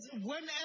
whenever